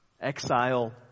Exile